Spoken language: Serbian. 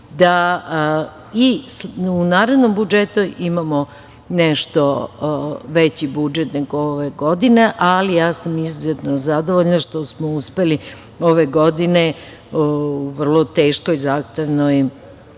da i u narednom budžetu imamo nešto veći budžet nego ove godine. Ali, ja sam izuzetno zadovoljna što smo uspeli ove godine, u vrlo teškoj, zahtevnoj